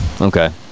okay